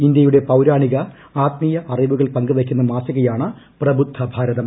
ഇന്ത്യയുടെ പൌരാണിക ആത്മീയ അറിവുകൾ പങ്കുവയ്ക്കുന്ന മാസികയാണ് പ്രബുദ്ധ ഭാരതം